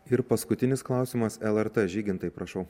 ir paskutinis klausimas lrt žygintai prašau